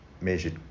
measured